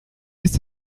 ist